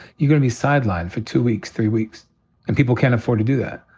you're gonna be sidelined for two weeks, three weeks. and people can't afford to do that.